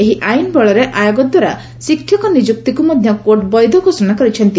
ଏହି ଆଇନ ବଳରେ ଆୟୋଗ ଦ୍ୱାରା ଶିକ୍ଷକ ନିଯୁକ୍ତିକୁ ମଧ୍ୟ କୋର୍ଟ ବୈଧ ଘୋଷଣା କରିଛନ୍ତି